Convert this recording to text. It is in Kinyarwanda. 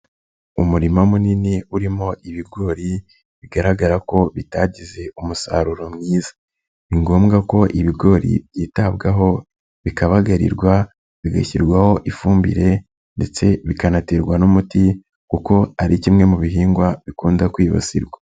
Umurima munini urimo ibigori, bigaragara ko bitagize umusaruro mwiza, ni ngombwa ko ibigori byitabwaho, bikabagarirwa, bigashyirwaho ifumbire ndetse bikanaterwa n'umuti kuko ari kimwe mu bihingwa bikunda kwibasirwa.